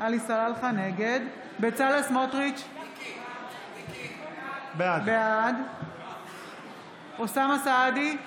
נגד בצלאל סמוטריץ' בעד אוסאמה סעדי,